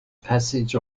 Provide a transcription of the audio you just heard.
passage